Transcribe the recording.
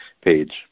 page